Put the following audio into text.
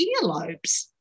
earlobes